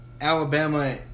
Alabama